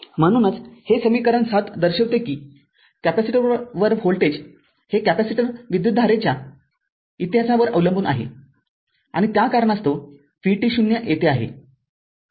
म्हणूनचहे समीकरण ७ दर्शविते कि कॅपेसिटर व्होल्टेज हे कॅपेसिटर विद्युतधारेच्या इतिहासावर अवलंबून आहे आणि त्या कारणास्तव vt0 येथे आहे